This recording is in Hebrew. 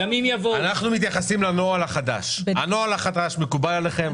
הנוהל החדש מקובל עליכם?